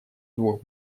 двух